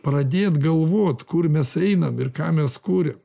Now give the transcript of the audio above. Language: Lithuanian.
pradėt galvot kur mes einam ir ką mes kuriam